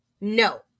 no